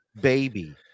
baby